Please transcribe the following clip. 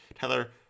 Tyler